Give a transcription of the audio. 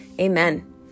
Amen